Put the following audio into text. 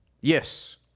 Yes